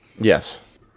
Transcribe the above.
Yes